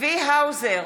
צבי האוזר,